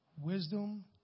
wisdom